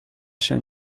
się